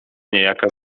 niejaka